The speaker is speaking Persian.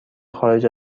خارج